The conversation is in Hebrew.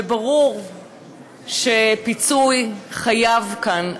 וברור שפיצוי חייבים כאן,